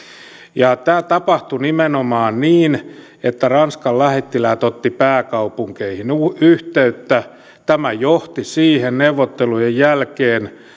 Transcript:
ja tämä tapahtui nimenomaan niin että ranskan lähettiläät ottivat pääkaupunkeihin yhteyttä tämä johti neuvottelujen jälkeen siihen